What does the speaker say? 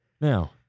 now